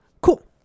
cool